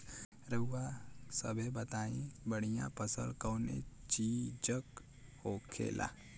रउआ सभे बताई बढ़ियां फसल कवने चीज़क होखेला?